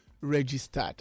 registered